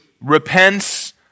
repents